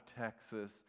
texas